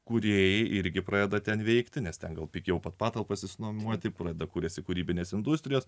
kūrėjai irgi pradeda ten veikti nes ten gal pigiau kad patalpas išnuomoti pradeda kuriasi kūrybinės industrijos